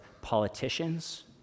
politicians